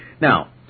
Now